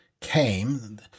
came